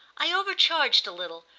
i overcharged a little,